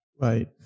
Right